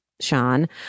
Sean